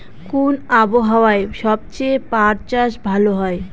কোন আবহাওয়ায় সবচেয়ে পাট চাষ ভালো হয়?